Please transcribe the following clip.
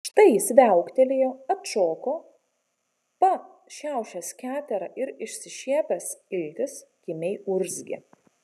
štai jis viauktelėjo atšoko pa šiaušęs keterą ir iššiepęs iltis kimiai urzgė